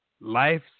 life